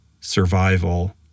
survival